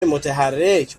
متحرک